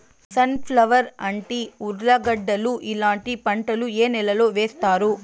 Sun flower, అంటి, ఉర్లగడ్డలు ఇలాంటి పంటలు ఏ నెలలో వేస్తారు?